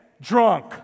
drunk